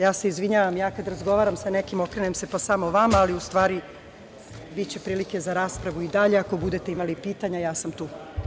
Ja se izvinjavam, kad razgovaram sa nekim, okrenem se, pa samo vama, ali u stvari biće prilike za raspravu i dalje, ako budete imali pitanja, ja sam tu.